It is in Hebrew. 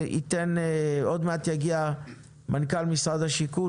עוד מעט יגיע מנכ"ל משרד השיכון.